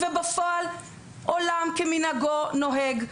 בפועל עולם כמנהגו נוהג.